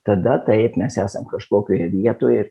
tada taip mes esam kažkokioje vietoje ir